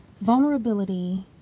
vulnerability